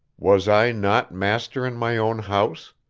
was i not master in my own house?